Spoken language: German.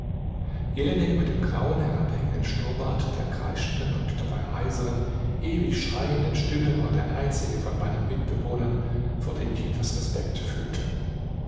jelinek mit dem grauen herabhängenden schnurrbart der kreischenden und dabei heiseren ewig schreienden stimme war der einzige von meinen mitbewohnern vor dem ich etwas respekt fühlte